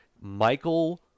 Michael